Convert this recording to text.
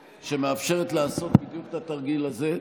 שמאפשרת לעשות בדיוק את התרגיל הזה.